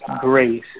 grace